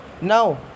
now